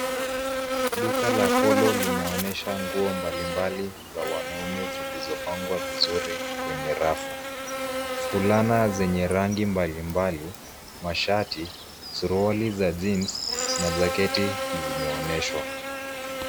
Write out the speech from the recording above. Duka la Polo linaonyesha nguo mbali mbali za wanaume, zilizopangwa vizuri kwenye rafu. Fulana zenye rangi mbali mbali, mashati, suruali za jeans , na jaketi zimeonyeshwa.